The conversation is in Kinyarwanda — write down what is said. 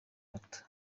bato